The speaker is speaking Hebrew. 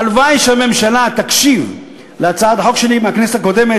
הלוואי שהממשלה תקשיב להצעת החוק שלי מהכנסת הקודמת,